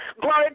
Glory